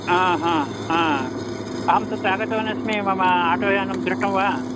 हा हा हा अहं तत्र आगतवान् अस्मि मम आटोयानं दृष्टं वा